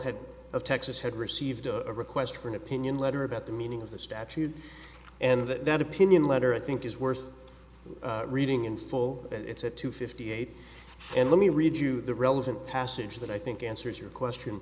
head of texas had received a request for an opinion letter about the meaning of the statute and that that opinion letter i think is worth reading in full it's at two fifty eight and let me read you the relevant passage that i think answers your question